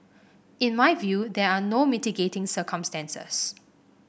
in my view there are no mitigating circumstances